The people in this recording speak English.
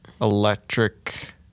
electric